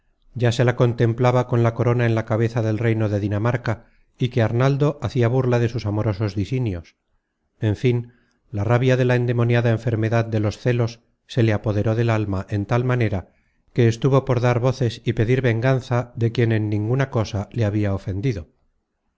ya se la contemplaba con la corona en la cabeza del reino de dinamarca y que arnaldo hacia burla de sus amorosos disinios en fin la rabia de la endemoniada enfermedad de los celos se le apoderó del alma en tal manera que estuvo por dar voces y pedir venganza de quien en ninguna cosa le habia ofendido